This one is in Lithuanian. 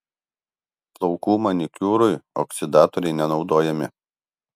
plaukų manikiūrui oksidatoriai nenaudojami